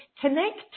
connect